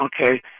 okay